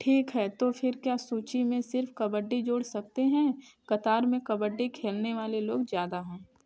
ठीक है तो फिर क्या सूची में सिर्फ़ कबड्डी जोड़ सकते हैं कतार में कबड्डी खेलने वाले लोग ज़्यादा हैं